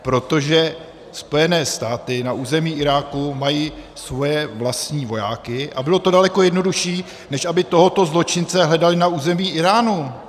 Protože Spojené státy na území Iráku mají svoje vlastní vojáky a bylo to daleko jednodušší, než aby tohoto zločince hledali na území Íránu.